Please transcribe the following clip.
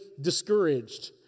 discouraged